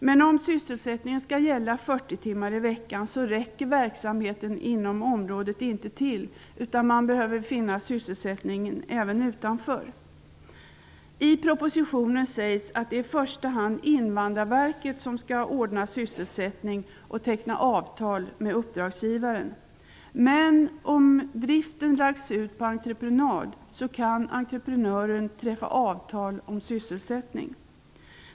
Men om sysselsättningen skall gälla 40 timmar i veckan, räcker verksamheten inom området inte till, utan man behöver finna sysselsättning även utanför. I propositionen sägs att det är i första hand Invandrarverket som skall ordna sysselsättning och teckna avtal med uppdragsgivaren, men om driften lagts ut på entreprenad, kan entreprenören träffa avtal om sysselsättning.